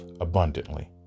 abundantly